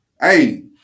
hey